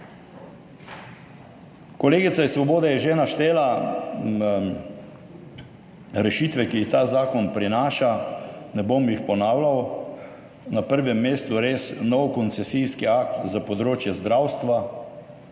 Kolegica iz Svobode je že naštela rešitve, ki jih ta zakon prinaša, ne bom jih ponavljal. Na prvem mestu je res nov koncesijski akt za področje zdravstva.